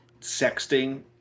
sexting